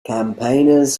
campaigners